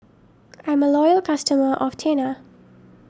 I'm a loyal customer of Tena